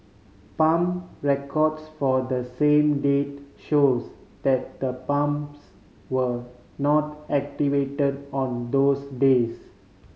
pump records for the same date shows that the pumps were not activated on those days